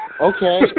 Okay